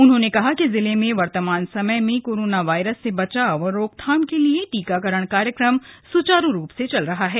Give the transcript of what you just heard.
उन्होंने कहा कि जिले में वर्तमान समय में कोरोना वायरस से बचाव और रोकथाम के लिए टीकाकरण कार्यक्रम सुचारू रूप से चल रहा है